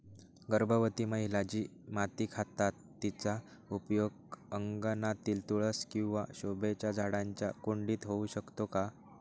गर्भवती महिला जी माती खातात तिचा उपयोग अंगणातील तुळस किंवा शोभेच्या झाडांच्या कुंडीत होऊ शकतो का?